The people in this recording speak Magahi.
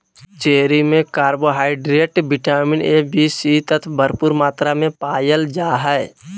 चेरी में कार्बोहाइड्रेट, विटामिन ए, बी आर सी तत्व भरपूर मात्रा में पायल जा हइ